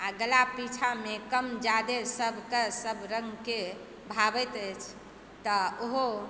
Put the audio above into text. आओर गला पाछूमे कम जादे सबके सब रङ्गक भाबैत अछि तऽ ओहो